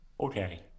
okay